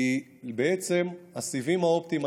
כי הסיבים האופטיים,